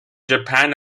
japan